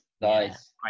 nice